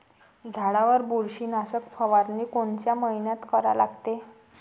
झाडावर बुरशीनाशक फवारनी कोनच्या मइन्यात करा लागते?